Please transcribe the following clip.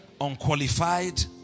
unqualified